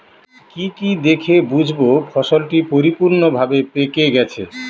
কি কি দেখে বুঝব ফসলটি পরিপূর্ণভাবে পেকে গেছে?